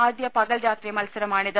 ആദ്യ പകൽ രാത്രി മത്സരമാണിത്